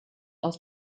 aus